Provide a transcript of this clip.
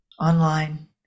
online